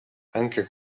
anche